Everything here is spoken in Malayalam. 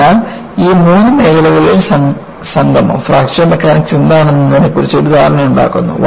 അതിനാൽ ഈ മൂന്ന് മേഖലകളുടെ സംഗമം ഫ്രാക്ചർ മെക്കാനിക്സ് എന്താണെന്നതിനെക്കുറിച്ച് ഒരു ധാരണയുണ്ടാക്കുന്നു